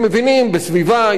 יודעים להגן על הסביבה.